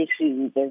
issues